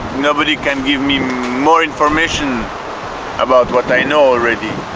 nobody can give me more information about what i know already